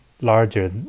larger